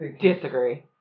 disagree